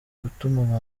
gutuma